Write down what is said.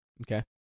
Okay